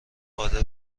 قادر